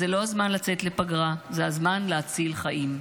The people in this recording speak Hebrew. אז זה לא הזמן לצאת לפגרה, זה הזמן להציל חיים.